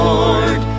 Lord